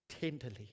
tenderly